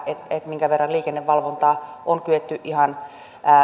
minkä verran liikennevalvontaa on kyetty ihan